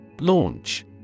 Launch